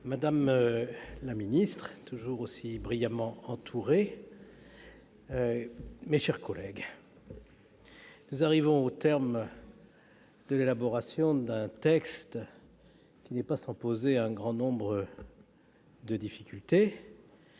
madame la ministre auprès du ministre de l'intérieur, mes chers collègues, nous arrivons au terme de l'élaboration d'un texte qui n'est pas sans poser un grand nombre de difficultés.